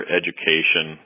education